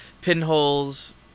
pinholes